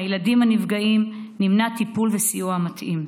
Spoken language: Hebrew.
ומהילדים הנפגעים נמנעים טיפול וסיוע מתאים.